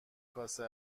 کاسه